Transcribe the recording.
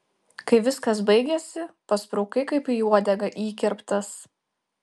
kai viskas baigėsi pasprukai kaip į uodegą įkirptas